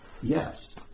yes